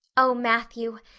oh, matthew,